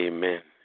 Amen